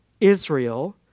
Israel